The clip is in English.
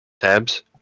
tabs